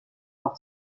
par